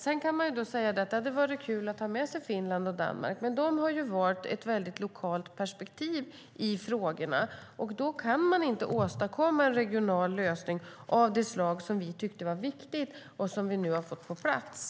Sedan kan man säga att det hade varit kul att ha med Finland och Danmark, men de har valt ett väldigt lokalt perspektiv i frågorna. Då kan man inte åstadkomma en regional lösning av det slag som vi tyckte var viktigt och som vi nu har fått på plats.